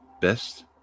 best